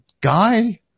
guy